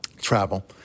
travel